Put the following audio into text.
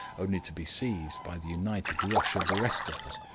only to be seized by the united rush of the rest of us.